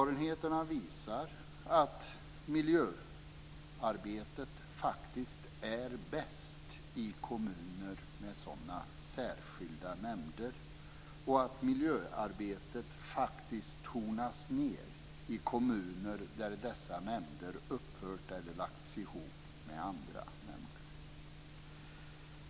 Erfarenheterna visar att miljöarbetet faktiskt är bäst i kommuner med sådana särskilda nämnder och att miljöarbetet tonas ned i kommuner där dessa nämnder upphört eller lagts ihop med andra nämnder.